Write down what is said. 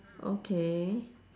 okay